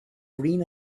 green